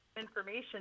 information